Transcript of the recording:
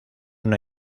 una